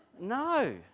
No